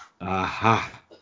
Aha